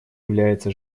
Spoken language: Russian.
является